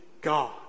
God